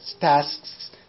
tasks